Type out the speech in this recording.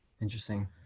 interesting